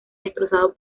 destrozado